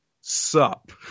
sup